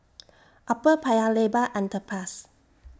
Upper Paya Lebar Underpass